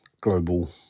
global